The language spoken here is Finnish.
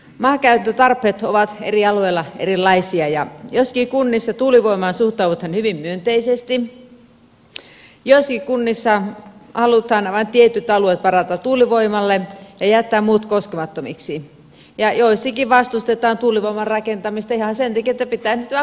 maankäyttötarpeet ovat eri alueilla erilaisia ja joissakin kunnissa tuulivoimaan suhtaudutaan hyvin myönteisesti joissakin kunnissa halutaan vain tietyt alueet varata tuulivoimalle ja jättää muut koskemattomiksi ja joissakin vastustetaan tuulivoiman rakentamista ihan sen takia että pitää nyt vain vastustaa sitä